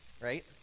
right